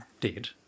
dead